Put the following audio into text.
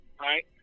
right